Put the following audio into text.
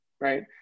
right